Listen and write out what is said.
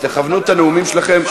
תכוונו את הנאומים שלכם.